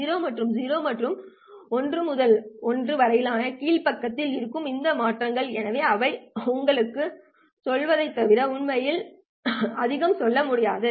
0 முதல் 0 மற்றும் 1 முதல் 1 வரையிலான கீழ் பக்கத்தில் இருக்கும் இந்த மாற்றம் எனவே அவை உங்களுக்குச் சொல்வதைத் தவிர உண்மையில் உங்களுக்கு அதிகம் சொல்ல முடியாது